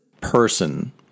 person